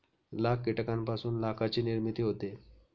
लाख कीटकांपासून लाखाची निर्मिती होते